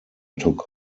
took